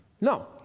No